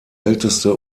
älteste